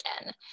again